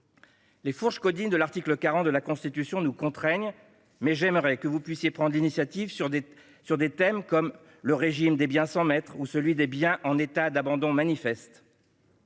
Les fourches caudines de l'article 40 de la Constitution nous contraignent, mais j'aimerais que vous preniez l'initiative sur des thèmes comme le régime des biens sans maître, ou encore celui des biens en état d'abandon manifeste.